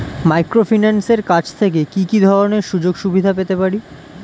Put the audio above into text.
মাইক্রোফিন্যান্সের কাছ থেকে কি কি ধরনের সুযোগসুবিধা পেতে পারি?